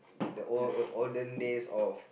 the old old olden days of